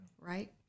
right